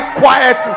quiet